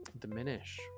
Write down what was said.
diminish